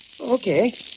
Okay